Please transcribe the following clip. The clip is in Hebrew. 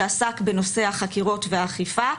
שעסק בנושא החקירות והאכיפה.